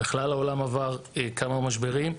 בכלל העולם עבר כמה משברים.